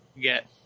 get